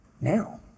now